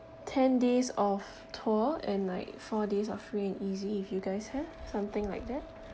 ten days of tour and like four days of free and easy if you guys have something like that